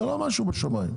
זה לא משהו בשמים.